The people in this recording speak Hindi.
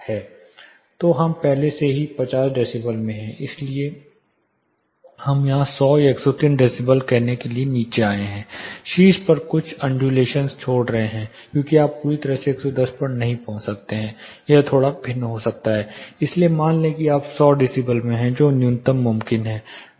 तो अब हम पहले से ही 50 डेसिबल में हैं अधिकतम हम यहां 100 या 103 डेसिबल कहने के लिए नीचे आए हैं शीर्ष पर कुछ अनड्यूलेशंस छोड़ रहे हैं क्योंकि आप पूरी तरह से 110 तक नहीं पहुंच सकते हैं यह थोड़ा भिन्न हो सकता है इसलिए मान लें कि आप 100 डेसिबल में हैं जो न्यूनतम मुमकिन है